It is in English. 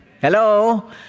Hello